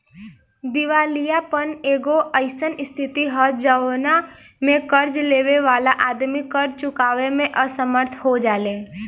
दिवालियापन एगो अईसन स्थिति ह जवना में कर्ज लेबे वाला आदमी कर्ज चुकावे में असमर्थ हो जाले